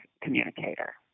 communicator